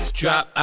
drop